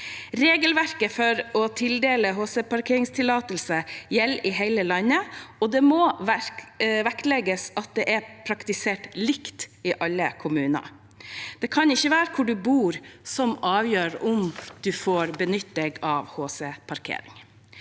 Regelverket for tildeling av HC-parkeringstillatelse gjelder i hele landet, og det må vektlegges at det praktiseres likt i alle kommuner. Det kan ikke være hvor du bor, som avgjør om du får benytte HC-parkering.